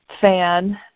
fan